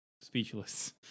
speechless